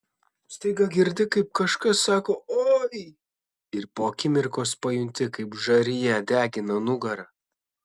staiga girdi kaip kažkas sako oi ir po akimirkos pajunti kaip žarija degina nugarą